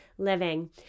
living